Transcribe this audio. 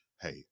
hey